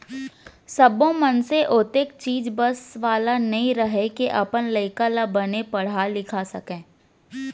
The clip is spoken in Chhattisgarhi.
सब्बो मनसे ओतेख चीज बस वाला नइ रहय के अपन लइका ल बने पड़हा लिखा सकय